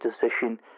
decision